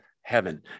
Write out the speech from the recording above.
heaven